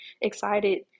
excited